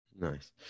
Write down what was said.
Nice